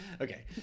Okay